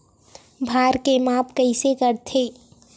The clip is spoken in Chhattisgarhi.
भार के माप कइसे करथे?